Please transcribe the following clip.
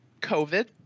COVID